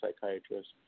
psychiatrist